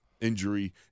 injury